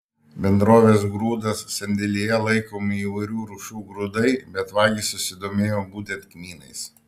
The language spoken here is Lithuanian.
bendrovės grūdas sandėlyje laikomi įvairių rūšių grūdai bet vagys susidomėjo būtent kmynais